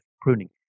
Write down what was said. pruning